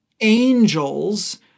angels